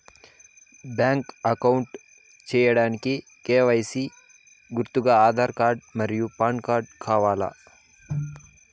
Bank account సేయడానికి KYC కి గుర్తుగా ఆధార్ కార్డ్ మరియు పాన్ కార్డ్ కావాలా?